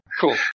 cool